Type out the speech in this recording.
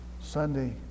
Sunday